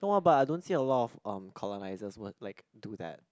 no ah but I don't see a lot of um colonisers will like do that